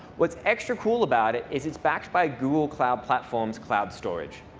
what's extra cool about it is it's backed by google cloud platform's cloud storage.